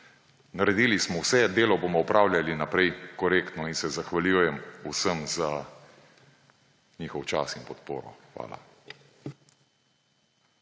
Naredili smo vse, delo bomo opravljali naprej korektno. In se zahvaljujem vsem za njihov čas in podporo. Hvala.